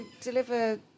deliver